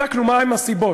בדקנו מהן הסיבות,